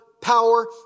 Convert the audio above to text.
power